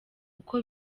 uko